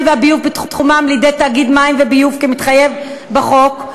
והביוב שבתחומן לידי תאגיד מים וביוב כמתחייב בחוק,